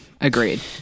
Agreed